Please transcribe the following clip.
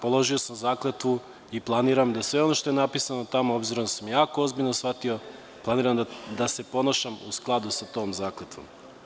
Položio sam zakletvu i planiram da sve ono što je tamo napisano, s obzirom da sam jako ozbiljno shvatio, planiram da se ponašam u skladu sa tom zakletvom.